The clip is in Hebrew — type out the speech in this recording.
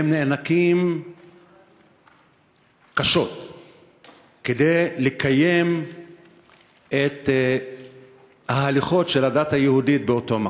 הם נאנקים קשות כדי לקיים את ההלכות של הדת היהודית באותו מקום.